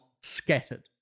scattered